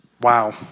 Wow